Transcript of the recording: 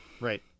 Right